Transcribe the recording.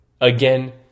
Again